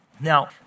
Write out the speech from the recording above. Now